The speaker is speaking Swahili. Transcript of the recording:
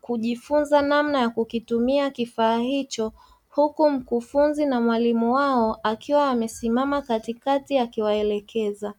kujifunza namna ya kukitumia kifaa hicho huku mkufunzi na mwalimu wao akiwa amesimama katikati akiwaelekeza.